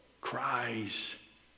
cries